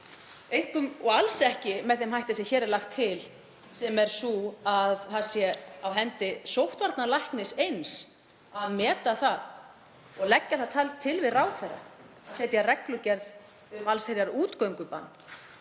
aðgerð og alls ekki með þeim hætti sem hér er lagt til, sem er sá að það sé á hendi sóttvarnalæknis eins að meta það og leggja það til við ráðherra að setja reglugerð um allsherjarútgöngubann.